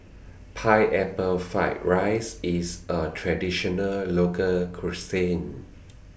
Pineapple Fried Rice IS A Traditional Local Cuisine